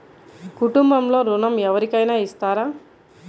కుటుంబంలో ఋణం ఎవరికైనా ఇస్తారా?